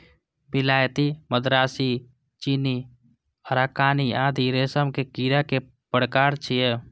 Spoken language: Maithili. विलायती, मदरासी, चीनी, अराकानी आदि रेशम के कीड़ा के प्रकार छियै